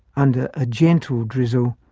under a gentle drizzle,